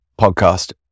podcast